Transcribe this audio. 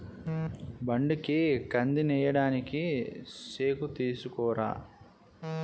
బండికి కందినేయడానికి సేకుతీసుకురా